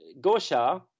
Gosha